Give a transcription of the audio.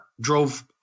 drove